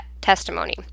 testimony